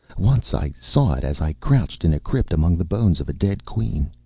once i saw it, as i crouched in a crypt among the bones of a dead queen.